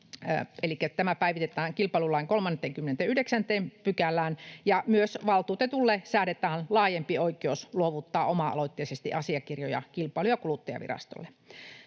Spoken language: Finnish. tämä päivitetään kilpailulain 39 §:ään — ja myös valtuutetulle säädetään laajempi oikeus luovuttaa oma-aloitteisesti asiakirjoja Kilpailu- ja kuluttajavirastolle.